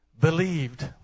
believed